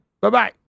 Bye-bye